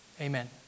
amen